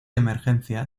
emergencia